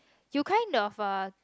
you kind of a